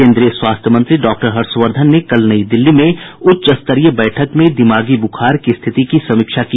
केन्द्रीय स्वास्थ्य मंत्री डॉ हर्ष वर्धन ने कल नई दिल्ली में उच्च स्तरीय बैठक में दिमागी बुखार की स्थिति की समीक्षा की